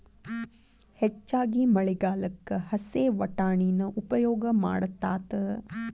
ಹೆಚ್ಚಾಗಿ ಮಳಿಗಾಲಕ್ಕ ಹಸೇ ವಟಾಣಿನ ಉಪಯೋಗ ಮಾಡತಾತ